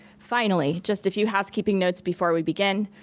finally, just a few housekeeping notes before we begin.